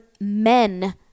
men